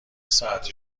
ساعتی